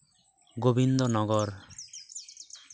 Gobindo Nagar